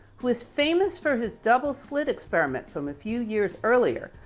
who is famous for his double slit experiment from a few years earlier,